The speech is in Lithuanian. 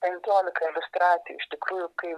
penkiolika iliustracijų iš tikrųjų kai